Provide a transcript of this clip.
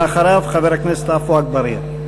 ואחריו, חבר הכנסת עפו אגבאריה.